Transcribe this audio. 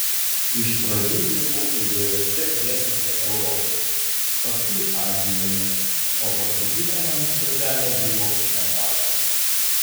iš pradžių dirbau įvairiose vietose europoje paskui azijoje o paskutinė mano stotelė buvo nepalas